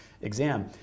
exam